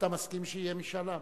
אתה מסכים שיהיה משאל עם